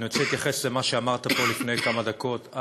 אני רוצה להתייחס למה שאמרת פה לפני כמה דקות.